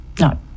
No